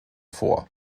vor